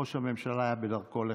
ראש הממשלה היה בדרכו לכאן.